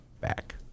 back